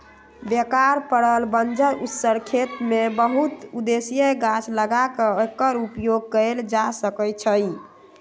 बेकार पड़ल बंजर उस्सर खेत में बहु उद्देशीय गाछ लगा क एकर उपयोग कएल जा सकै छइ